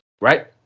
right